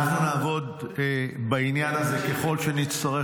אנחנו נעבוד בעניין הזה ככל שנצטרך.